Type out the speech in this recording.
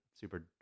super